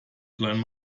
klein